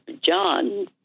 John